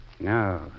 No